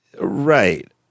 Right